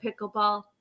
pickleball